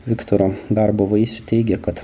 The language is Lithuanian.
viktoro darbo vaisių teigia kad